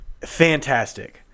Fantastic